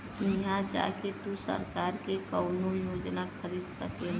हिया जा के तू सरकार की कउनो योजना खरीद सकेला